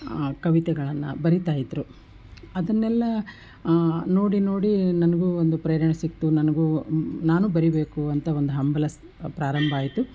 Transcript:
ಕವಿತೆಗಳನ್ನು ಬರಿತಾ ಇದ್ದರು ಅದನ್ನೆಲ್ಲ ನೋಡಿ ನೋಡಿ ನನಗೂ ಒಂದು ಪ್ರೇರಣೆ ಸಿಕ್ಕಿತು ನನಗೂ ನಾನು ಬರಿಬೇಕು ಅಂತ ಒಂದು ಹಂಬಲ ಸ್ ಪ್ರಾರಂಭ ಆಯಿತು